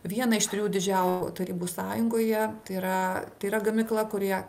vieną iš trijų didžiau tarybų sąjungoje tai yra tai yra gamykla kurioje